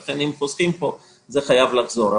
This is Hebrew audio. לכן, אם חוסכים פה, זה חייב לחזור.